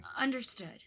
Understood